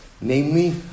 namely